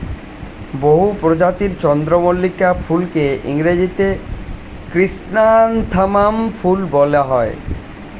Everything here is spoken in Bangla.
বহু প্রজাতির চন্দ্রমল্লিকা ফুলকে ইংরেজিতে ক্রিস্যান্থামাম ফুল বলা হয়